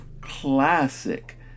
classic